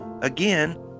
again